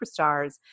superstars